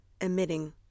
emitting